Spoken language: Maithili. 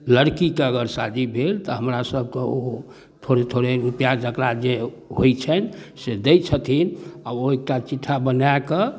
लड़कीके अगर शादी भेल तऽ हमरा सबके ओ थोड़े थोड़े रूपैआ जकरा जे होइ छनि से दै छथिन आओर ओ एकटा चिट्ठा बनाकऽ